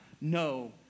no